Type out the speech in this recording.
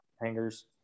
Hangers